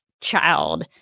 child